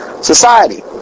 society